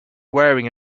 wearing